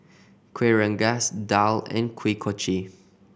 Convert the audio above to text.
Kueh Rengas daal and Kuih Kochi